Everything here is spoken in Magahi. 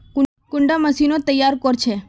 कुंडा मशीनोत तैयार कोर छै?